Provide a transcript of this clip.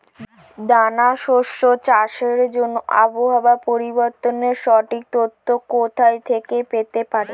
দানা শস্য চাষের জন্য আবহাওয়া পরিবর্তনের সঠিক তথ্য কোথা থেকে পেতে পারি?